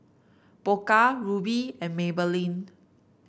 Pokka Rubi and Maybelline